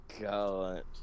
God